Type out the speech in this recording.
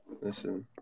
listen